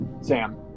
Sam